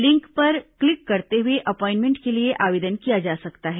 link पर click करते हुए अपाइंटमेंट के लिए आवेदन किया जा सकता है